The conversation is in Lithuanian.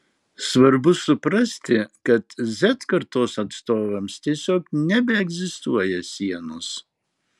svarbu suprasti kad z kartos atstovams tiesiog nebeegzistuoja sienos